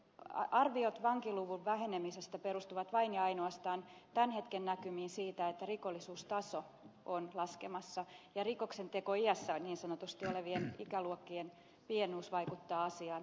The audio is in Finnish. arviot vankiluvun vähenemisestä perustuvat vain ja ainoastaan tämän hetken näkymiin siitä että rikollisuustaso on laskemassa ja niin sanotusti rikoksentekoiässä olevien ikäluokkien pienuus vaikuttaa asiaan